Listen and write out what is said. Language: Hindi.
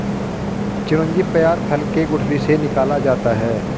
चिरौंजी पयार फल के गुठली से निकाला जाता है